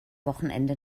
wochenende